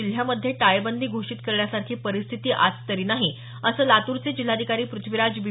जिल्ह्यामध्ये टाळेबंदी घोषीत करण्यासारखी परिस्थिती आज तरी नाही असं लातूरचे जिल्हाधिकारी पृथ्वीराज बी